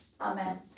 Amen